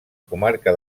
comarca